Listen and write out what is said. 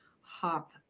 hop